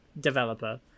developer